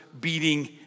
beating